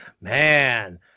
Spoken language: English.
Man